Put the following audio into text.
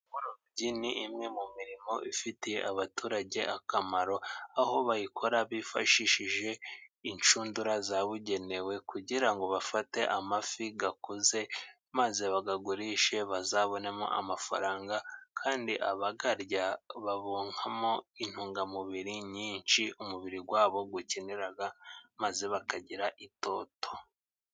Uburobyi ni imwe mu mirimo ifitiye abaturage akamaro aho bayikora bifashishije inshundura zabugenewe kugira ngo bafate amafi akuze, maze bayagurishe bazabonemo amafaranga, kandi abayarya baronkamo intungamubiri nyinshi umubiri wabo ukenera maze bakagira itoto.